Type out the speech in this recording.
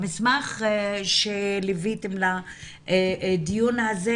במסמך שליוויתם לדיון הזה,